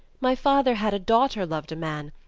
my father had a daughter loved a man,